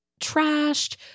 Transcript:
trashed